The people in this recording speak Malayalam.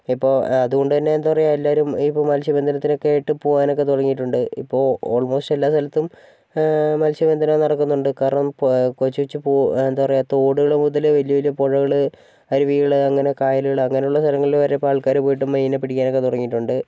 ഇപ്പോൾ അതുകൊണ്ടുതന്നെ എന്താണ് പറയുക എല്ലാവരും ഇപ്പോൾ മത്സ്യബന്ധനത്തിനൊക്കെയായിട്ട് പോവാനൊക്കെ തുടങ്ങിയിട്ടുണ്ട് ഇപ്പോൾ ഓൾമോസ്റ്റ് എല്ലാ സ്ഥലത്തും മത്സ്യബന്ധനം നടക്കുന്നുണ്ട് കാരണം കൊച്ചു കൊച്ചു പൂ എന്താണ് പറയുക തോടുകൾ മുതൽ വലിയ വലിയ പുഴകൾ അരുവികൾ അങ്ങനെ കായലുകൾ അങ്ങനെയുള്ള സ്ഥലങ്ങളിൽ വരെ ഇപ്പോൾ ആൾക്കാർ പോയിട്ട് മീൻ പിടിക്കാനൊക്കെ തുടങ്ങിയിട്ടുണ്ട്